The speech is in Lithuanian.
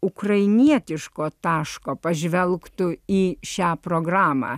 ukrainietiško taško pažvelgtų į šią programą